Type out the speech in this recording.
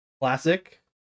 classic